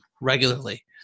regularly